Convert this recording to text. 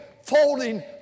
Folding